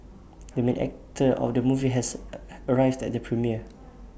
the main actor of the movie has arrived at the premiere